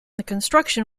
construction